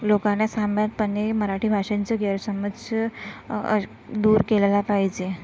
लोकांना सामान्यपणे मराठी भाषेचं गैरसमज दूर केलेला पाहिजे